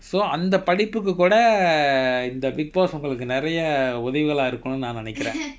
so அந்த படிப்புக்கு கூட இந்த:antha padipukku kooda intha big boss ஒங்களுக்கு நிறைய உதவிகளா இருக்குனும் நா நினைக்குரே:ongaluku niraya uthavigala irukanum naa ninaikurae